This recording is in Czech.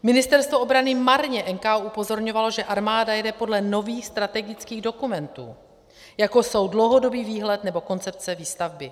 Ministerstvo obrany marně NKÚ upozorňovalo, že armáda jede podle nových strategických dokumentů, jako jsou dlouhodobý výhled nebo koncepce výstavby.